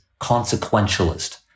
consequentialist